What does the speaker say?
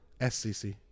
SCC